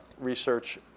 research